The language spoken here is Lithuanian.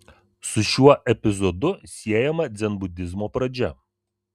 su šiuo epizodu siejama dzenbudizmo pradžia